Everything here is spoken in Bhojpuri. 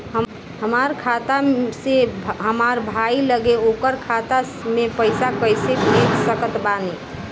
हमार खाता से हमार भाई लगे ओकर खाता मे पईसा कईसे भेज सकत बानी?